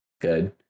good